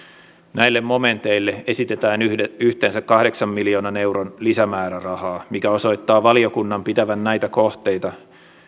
näille momenteille esitetään yhteensä kahdeksan miljoonan euron lisämäärärahaa mikä osoittaa valiokunnan pitävän näitä kohteita